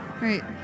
right